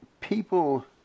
people